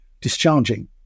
discharging